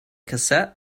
cassette